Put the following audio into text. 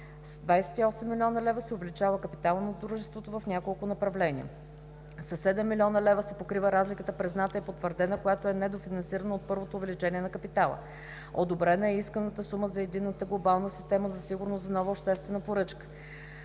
С 28 млн. лв. се увеличава капиталът на Дружеството в няколко направления: - със 7 млн. лева се покрива разликата, призната и потвърдена, която е недофинансирана от първото увеличение на капитала; - одобрена е исканата сума за Единната глобална система за сигурност за нова обществена поръчка;